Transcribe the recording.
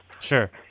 Sure